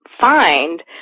find